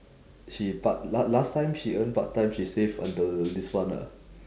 she part last last time she earn part time she save until this one ah